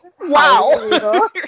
Wow